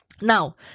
Now